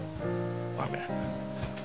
Amen